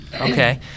okay